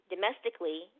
domestically